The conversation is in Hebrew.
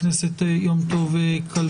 חבר הכנסת יום טוב כלפון,